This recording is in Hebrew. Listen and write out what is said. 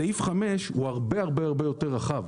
סעיף (5) הוא הרבה יותר רחב.